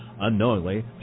Unknowingly